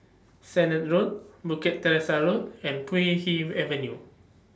Sennett Road Bukit Teresa Road and Puay Hee Avenue